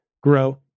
grow